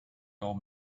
old